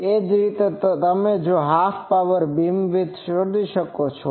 એ જ રીતે તમે હાફ પાવર બીમવિડ્થ શોધી શકો છો